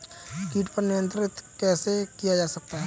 कीट पर नियंत्रण कैसे किया जा सकता है?